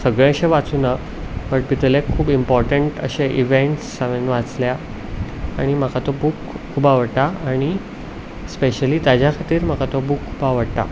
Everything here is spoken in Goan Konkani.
सगळें अशें वाचुना बट भितरले खूब इम्पोर्टंट अशे इव्हेंट्स हांवें वाचल्या आनी म्हाका तो बूक खूब आवडटा आनी स्पेशियली ताच्या खातीर म्हाका तो बूक खूब आवडटा